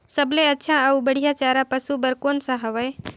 सबले अच्छा अउ बढ़िया चारा पशु बर कोन सा हवय?